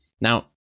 now